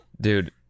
Dude